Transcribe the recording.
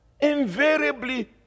invariably